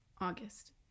August